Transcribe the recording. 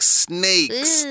snakes